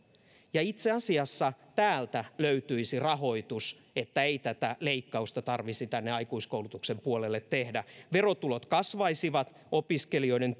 ja itse asiassa täältä löytyisi rahoitus niin että ei tätä leikkausta tarvitsisi tänne aikuiskoulutuksen puolelle tehdä verotulot kasvaisivat opiskelijoiden